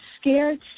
scared